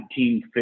1950